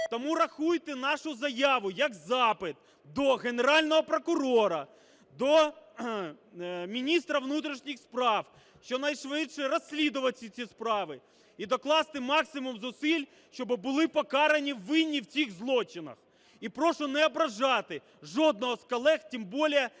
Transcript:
Тому рахуйте нашу заяву як запит до Генерального прокурора, до міністра внутрішніх справ, щоб найшвидше розслідувати всі ці справи і докласти максимум зусиль, щоби були покарані винні в цих злочинах. І прошу не ображати жодного з колег, тим більше